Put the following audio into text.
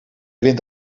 wint